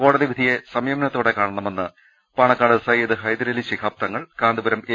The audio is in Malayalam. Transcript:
കോടതിവിധിയെ സംയമനത്തോടെ കാണണമെന്ന് പാണ ക്കാട് സയ്യിദ് ഹൈദരലി ശിഹാബ് തങ്ങൾ കാന്തപുരം എ